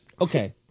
okay